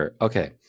Okay